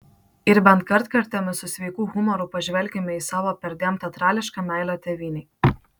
ir bent kartkartėmis su sveiku humoru pažvelkime į savo perdėm teatrališką meilę tėvynei